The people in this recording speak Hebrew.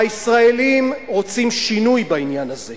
והישראלים רוצים שינוי בעניין הזה.